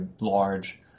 large